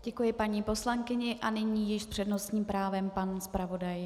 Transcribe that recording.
Děkuji paní poslankyni a nyní již s přednostním právem pan zpravodaj.